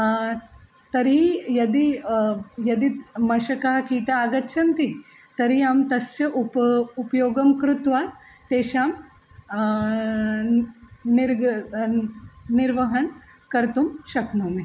तर्हि यदि यदि मशकाः कीटाः आगच्छन्ति तर्हि अहं तस्य उप उपयोगं कृत्वा तेषां निर्ग निर्वहनं कर्तुं शक्नोमि